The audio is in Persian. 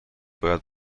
باید